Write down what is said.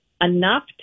enough